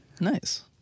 Nice